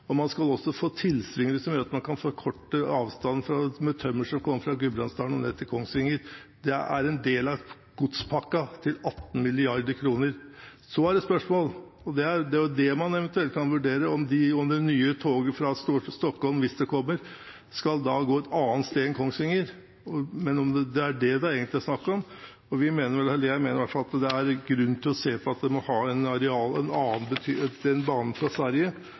krysningsspor, man skal bygge ut stasjoner langs Kongsvingerbanen, og man skal også få til løsninger som gjør at man kan forkorte avstanden for tømmer som kommer fra Gudbrandsdalen og ned til Kongsvinger. Det er en del av godspakken til 18 mrd. kr. Det man eventuelt kan vurdere, er om det nye toget fra Stockholm, hvis det kommer, skal gå et annet sted enn til Kongsvinger – det er det det egentlig er snakk om. Jeg mener i hvert fall at det er grunn til å se på om banen fra Sverige